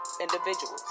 individuals